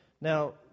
now